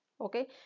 okay